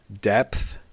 depth